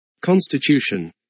Constitution